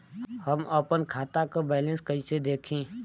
हम आपन खाता क बैलेंस कईसे देखी?